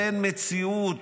אין מציאות.